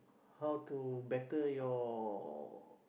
how to better your